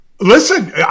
Listen